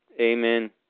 Amen